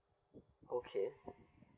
okay